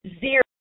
zero